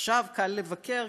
עכשיו קל לבקר,